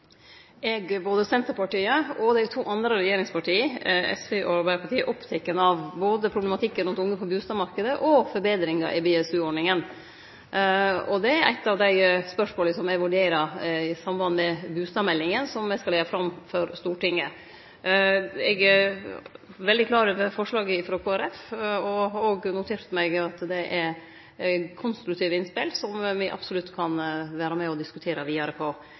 Både Senterpartiet og dei to andre regjeringspartia, SV og Arbeidarpartiet, er opptekne av problematikken rundt unge på bustadmarknaden og forbetringar i BSU-ordninga. Det er eitt av dei spørsmåla som eg vurderer i samband med bustadmeldinga som eg skal leggje fram for Stortinget. Eg er veldig klar over forslaget frå Kristeleg Folkeparti og har òg notert meg at det er konstruktive innspel som me absolutt kan vere med og diskutere vidare.